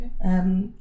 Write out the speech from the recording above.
okay